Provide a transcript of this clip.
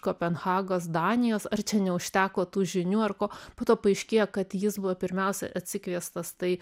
kopenhagos danijos ar čia neužteko tų žinių ar ko po to paaiškėja kad jis buvo pirmiausia atsikviestas tai